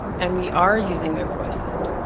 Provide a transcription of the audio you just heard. and we are using their voices.